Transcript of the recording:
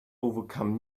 overcome